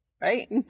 right